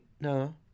No